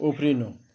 उफ्रिनु